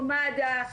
או מד"א,